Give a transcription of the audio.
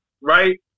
right